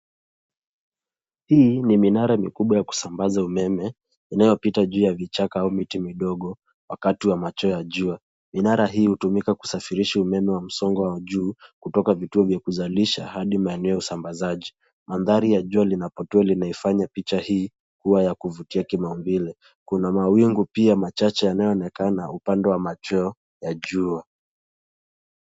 Hii ni minara mikubwa ya kusambaza umeme inayopita juu ya vichaka au miti midogo wakati wa machweo ya jua. Minara hii hutumika kusafirisha umeme wa msongo wa juu kutoka vituo vya kuzalisha hadi maeneo ya usambazaji. Mandhari ya jua linapotua linaifanya picha hii kuwa ya kuvutia kimaumbile. Kuna mawingu pia machache yanayoonekana upando wa machweo ya jua.